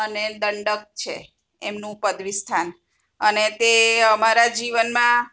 અને દંડક છે એમનું પદવી સ્થાન અને તે અમારા જીવનમાં